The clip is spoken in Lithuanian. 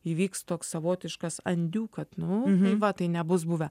įvyks toks savotiškas andiu kad nu tai va tai nebus buvę